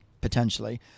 potentially